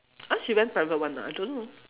uh she went private one ah I don't know